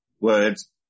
words